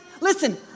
Listen